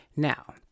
Now